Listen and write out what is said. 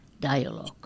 dialogue